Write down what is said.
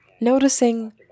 Noticing